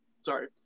sorry